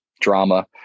drama